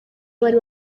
bari